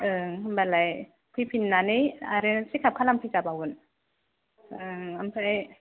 ओं होमब्लालाय फैफिननानै आरो चेकआप खालामफैजाबावगोन ओमफाय